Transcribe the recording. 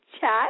chat